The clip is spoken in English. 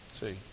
See